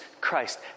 Christ